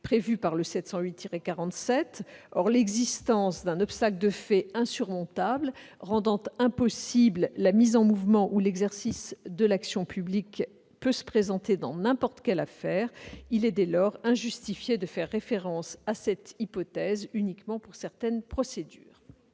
prévus à l'article 708-47. Or l'existence d'un obstacle de fait insurmontable rendant impossible la mise en mouvement ou l'exercice de l'action publique peut se présenter dans n'importe quelle affaire. Il est dès lors injustifié de faire référence à cette hypothèse uniquement pour certaines procédures.